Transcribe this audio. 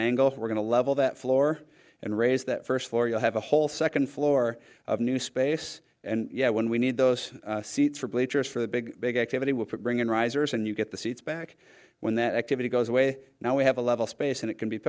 angle we're going to level that floor and raise that first floor you'll have a whole second floor of new space and yeah when we need those seats for bleachers for the big big activity will put bring in risers and you get the seats back when that activity goes away now we have a level space and it can be